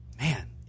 man